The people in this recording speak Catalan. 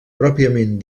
pròpiament